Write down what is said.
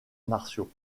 martiaux